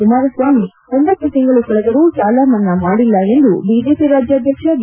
ಕುಮಾರಸ್ವಾಮಿ ಒಂಬತ್ತು ತಿಂಗಳು ಕಳೆದರೂ ಸಾಲ ಮನ್ನಾ ಮಾಡಿಲ್ಲ ಎಂದು ಬಿಜೆಪಿ ರಾಜ್ಯಾದ್ಯಕ್ಷ ಬಿ